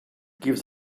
gives